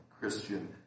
Christian